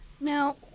now